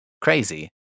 Crazy